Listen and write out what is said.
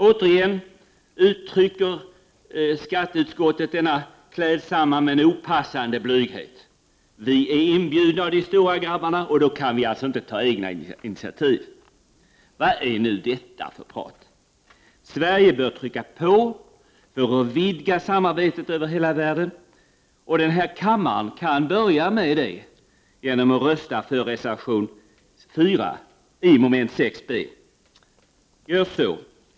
Återigen uttrycker skatteutskottet denna klädsamma men opassande blyghet: vi är inbjudna av de ”stora grabbarna”, och då kan vi alltså inte ta några egna initativ. Vad är nu detta för prat? Sverige bör trycka på för att vidga samarbetet över hela världen, och den här kammaren kan börja med det genom att rösta för reservation 4 i moment 6 b. Gör så!